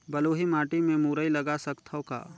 बलुही माटी मे मुरई लगा सकथव का?